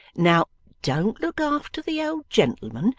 now, don't look after the old gentleman,